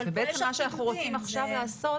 מה שאנחנו רוצים עכשיו לעשות